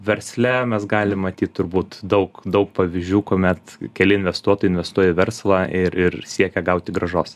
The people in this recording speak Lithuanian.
versle mes galim matyt turbūt daug daug pavyzdžių kuomet keli investuotojai investuoja į verslą ir ir siekia gauti grąžos